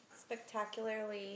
spectacularly